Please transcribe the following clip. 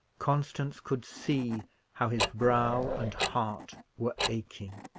constance could see how his brow and heart were aching.